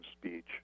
speech